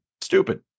stupid